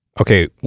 okay